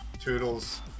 Toodles